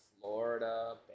Florida